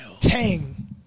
Tang